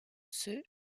ceux